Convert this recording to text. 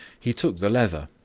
he took the leather,